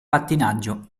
pattinaggio